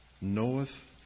knoweth